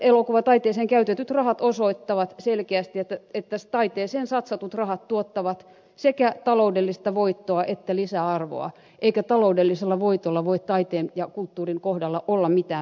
elokuvataiteeseen käytetyt rahat osoittavat selkeästi että taiteeseen satsatut rahat tuottavat sekä taloudellista voittoa että lisäarvoa eikä taloudellisessa voitossa voi taiteen ja kulttuurin kohdalla olla mitään väärää